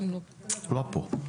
לא פה.